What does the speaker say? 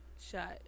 shot